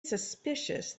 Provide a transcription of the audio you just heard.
suspicious